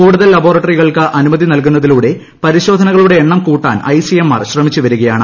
കൂടുതൽ ലബോറട്ടറികൾക്ക് അനുമതി നൽകുന്നതിലൂടെ പരിശോധനകളുടെ എണ്ണം കൂട്ടാൻ ഐസിഎംആർ ശ്രമിച്ചു വരികയാണ്